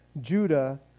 Judah